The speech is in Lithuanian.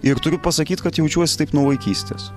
ir turiu pasakyt kad jaučiuosi taip nuo vaikystės